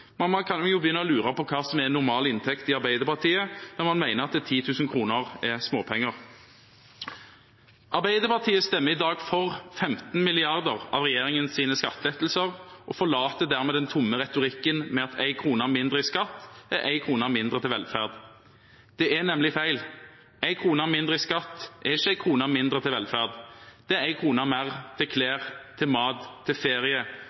man jo begynne å lure på hva som er normale inntekter i Arbeiderpartiet, når man mener at 10 000 kr er småpenger. Arbeiderpartiet stemmer i dag for 15 mrd. kr av regjeringens skattelettelser og forlater dermed den tomme retorikken om at en krone mindre i skatt er en krone mindre til velferd. Det er nemlig feil. En krone mindre i skatt er ikke en krone mindre til velferd. Det er en krone mer til klær, til